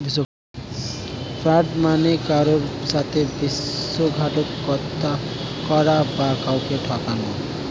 fraud মানে কারুর সাথে বিশ্বাসঘাতকতা করা বা কাউকে ঠকানো